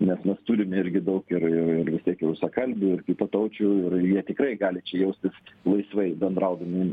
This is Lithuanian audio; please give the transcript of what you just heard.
nes mes turime irgi daug ir visokių rusakalbių ir kitataučių ir jie tikrai gali čia jaustis laisvai bendraudami